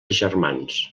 germans